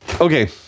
okay